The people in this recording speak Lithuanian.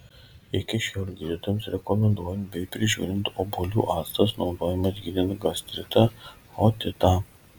iki šiol gydytojams rekomenduojant bei prižiūrint obuolių actas naudojamas gydant gastritą otitą